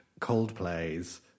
Coldplay's